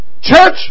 church